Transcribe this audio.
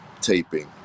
taping